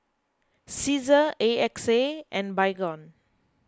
Cesar A X A and Baygon